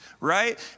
right